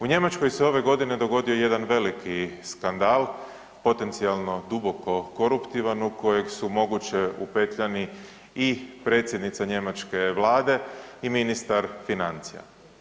U Njemačkoj se ove godine dogodio jedan veliki skandal, potencijalno duboko koruptivan u kojeg u moguće, upetljani i predsjednica njemačke vlade i ministar financija.